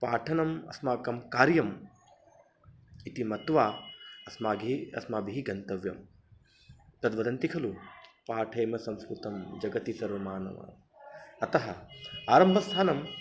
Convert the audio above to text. पाठनम् अस्माकं कार्यम् इति मत्वा अस्माभिः अस्माभिः गन्तव्यं तद्वदन्ति खलु पाठेम संस्कृतं जगति सर्वमानवा अतः आरम्भस्थानं